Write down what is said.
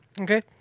Okay